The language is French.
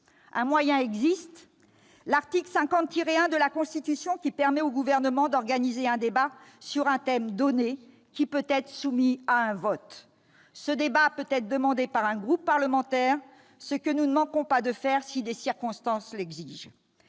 Un moyen existe, l'article 50-1 de la Constitution, qui permet au Gouvernement d'organiser, sur un thème donné, un débat éventuellement soumis à un vote. Ce débat peut être demandé par un groupe parlementaire, ce que nous ne manquerons pas de faire si les circonstances l'exigent.